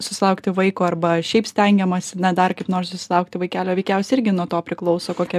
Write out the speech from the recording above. susilaukti vaiko arba šiaip stengiamasi na dar kaip nors susilaukti vaikelio veikiausiai irgi nuo to priklauso kokia